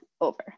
over